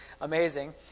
amazing